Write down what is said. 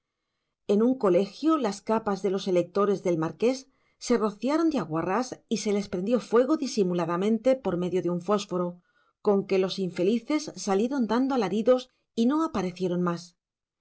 en un colegio las capas de los electores del marqués se rociaron de aguarrás y se les prendió fuego disimuladamente por medio de un fósforo con que los infelices salieron dando alaridos y no aparecieron más